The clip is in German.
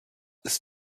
ist